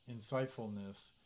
insightfulness